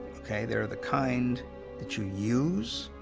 okay, there are the kind that you use,